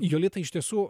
jolita iš tiesų